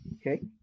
okay